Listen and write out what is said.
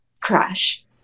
crash